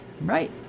Right